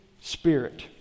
Spirit